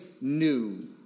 new